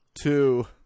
Two